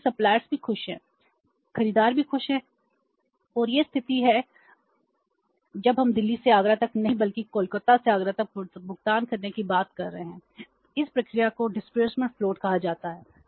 इसलिए सप्लायर्स कहा जाता है